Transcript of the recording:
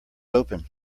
open